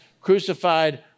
crucified